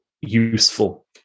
useful